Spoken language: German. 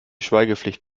schweigepflicht